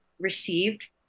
received